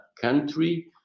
country